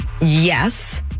Yes